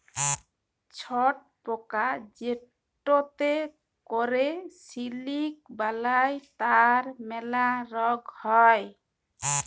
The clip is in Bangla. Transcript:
ছট পকা যেটতে ক্যরে সিলিক বালাই তার ম্যালা রগ হ্যয়